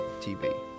TV